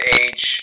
age